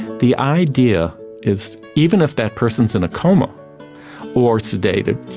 the idea is, even if that person is in a coma or sedated,